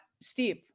Steve